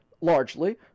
largely